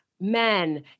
men